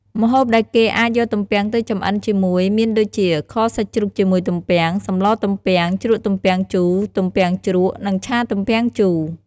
ម្ហូបដែលគេអាចយកទំពាំងទៅចម្អិនជាមួយមានដូចជា ខសាច់ជ្រូកជាមួយទំពាំង សម្លទំពាំង ជ្រក់ទំពាំងជូរ ទំពាំងជ្រក់ និងឆាទំំពាំងជូរ។